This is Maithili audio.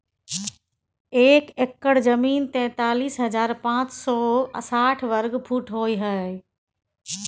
एक एकड़ जमीन तैंतालीस हजार पांच सौ साठ वर्ग फुट होय हय